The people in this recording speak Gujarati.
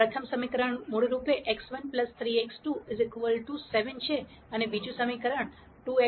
પ્રથમ સમીકરણ મૂળરૂપે x1 3x2 7 છે અને બીજું સમીકરણ છે 2x1 4x2 10